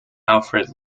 alfred